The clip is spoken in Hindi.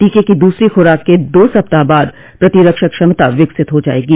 टीके की दूसरी खुराक के दो सप्ताह बाद प्रतिरक्षक क्षमता विकसित हो जाएगी